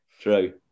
True